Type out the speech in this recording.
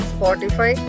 Spotify